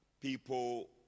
people